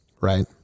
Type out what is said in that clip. right